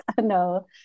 No